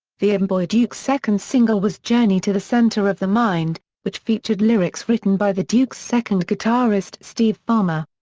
the amboy dukes' second single was journey to the center of the mind, which featured lyrics written by the dukes' second guitarist steve farmer.